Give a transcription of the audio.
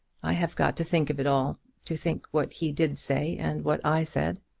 i have got to think of it all to think what he did say and what i said.